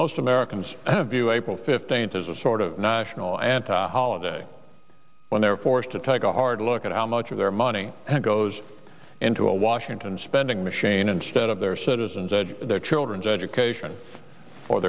most americans have you april fifteenth as a sort of national anthem holiday when they're forced to take a hard look at how much of their money goes into a washington spending machine instead of their their children's education or